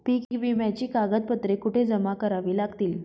पीक विम्याची कागदपत्रे कुठे जमा करावी लागतील?